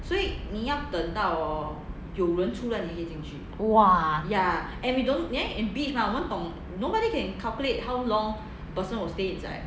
!wah!